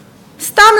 סתם,